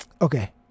Okay